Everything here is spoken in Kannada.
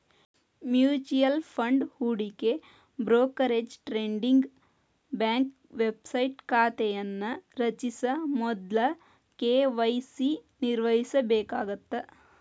ಮ್ಯೂಚುಯಲ್ ಫಂಡ್ ಹೂಡಿಕೆ ಬ್ರೋಕರೇಜ್ ಟ್ರೇಡಿಂಗ್ ಬ್ಯಾಂಕ್ ವೆಬ್ಸೈಟ್ ಖಾತೆಯನ್ನ ರಚಿಸ ಮೊದ್ಲ ಕೆ.ವಾಯ್.ಸಿ ನಿರ್ವಹಿಸಬೇಕಾಗತ್ತ